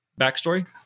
backstory